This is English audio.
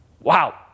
Wow